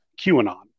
QAnon